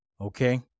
Okay